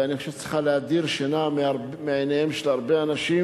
ואני חושב שהיא צריכה להדיר שינה מעיניהם של הרבה אנשים,